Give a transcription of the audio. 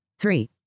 three